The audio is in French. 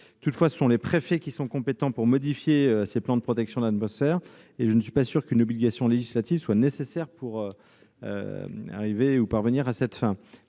Toutefois, ce sont les préfets qui sont compétents pour modifier les plans de protection de l'atmosphère. Je ne suis pas sûr qu'une disposition législative soit nécessaire pour parvenir à cette fin.